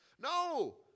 No